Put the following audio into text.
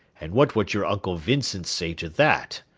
and what would your uncle vincent say to that?